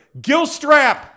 Gilstrap